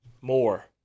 more